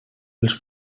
els